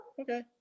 Okay